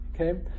Okay